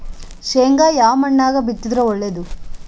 ಶೇಂಗಾ ಯಾ ಮಣ್ಣಾಗ ಬಿತ್ತಿದರ ಒಳ್ಳೇದು?